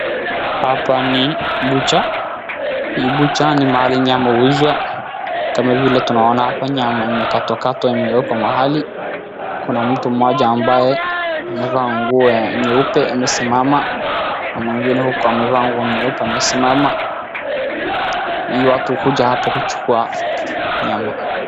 Hapa ni bucha . Hii bucha ni mahali nyama huuzwa kama vile tunaona hapa nyama imekatwakatwa imewekwa mahali. Kuna mtu mmoja ambaye amevaa nguo ya nyeupe amesimama na mwingine huku amevaa nguo nyeupe amesimama. Hii watu hukuja hapo kuchukua nyama.